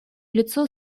лицо